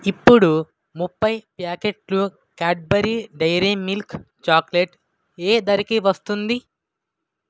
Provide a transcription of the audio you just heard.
ఇప్పుడు ముప్పై ప్యాకెట్లు కాడ్బరీ డెయిరీ మిల్క్ చాక్లెట్ ఏ ధరకి వస్తుంది